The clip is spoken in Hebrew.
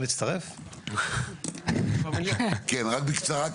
רק בקצרה.